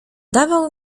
dawał